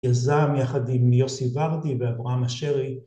‫יזם יחד עם יוסי ורדי ‫ואברהם אשרי.